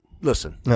listen